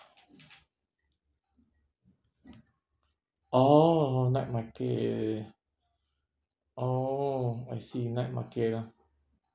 oh night market oh I see night market ah